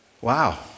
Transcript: Wow